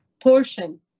portion